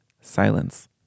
silence